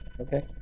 Okay